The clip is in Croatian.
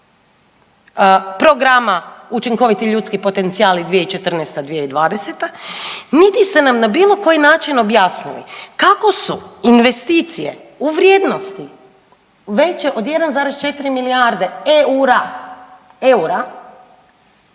programa učinkoviti ljudski potencijali 2014./2020. niti ste nam na bilo koji način objasnili kako su investicije u vrijednosti veće od 1,4 milijarde eura,